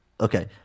okay